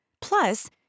Plus